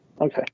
Okay